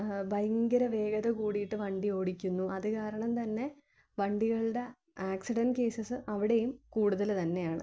ഭയങ്കര വേഗത കൂടീട്ട് വണ്ടി ഓടിക്കുന്നു അതുകാരണം തന്നെ വണ്ടികളുടെ ആക്സിഡൻറ്റ് കേസസ് അവിടെയും കൂടുതൽ തന്നെയാണ്